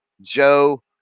joe